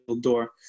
door